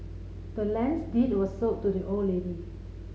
the land's deed was sold to the old lady